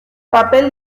papel